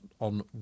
on